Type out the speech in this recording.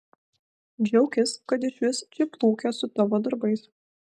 džiaukis kad išvis čia plūkiuos su tavo darbais